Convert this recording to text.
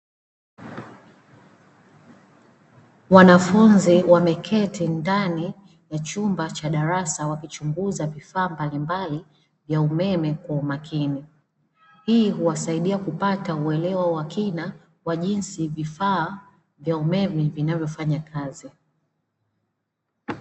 Wanafunzi wameketi ndani ya chumba cha darasa, wakichunguza vifaa mbalimbali vya umeme kwa makini. Hii huwasaidia kupata uelewa wa kina wa jinsi vifaa vya umeme vinavyofanya kazi.